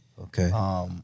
Okay